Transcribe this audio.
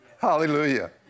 Hallelujah